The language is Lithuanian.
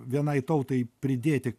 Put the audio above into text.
vienai tautai pridėti